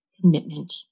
commitment